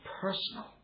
personal